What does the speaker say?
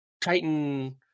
titan